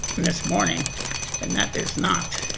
this morning and that is not